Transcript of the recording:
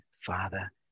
Father